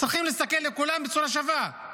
צריכים להסתכל על כולם בצורה שווה.